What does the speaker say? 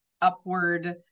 upward